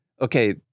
okay